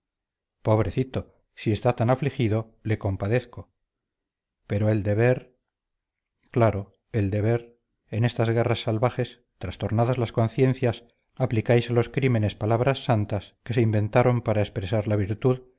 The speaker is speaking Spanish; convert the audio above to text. pobrecito si está tan afligido le compadezco pero el deber claro el deber en estas guerras salvajes trastornadas las conciencias aplicáis a los crímenes palabras santas que se inventaron para expresar la virtud